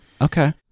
Okay